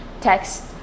text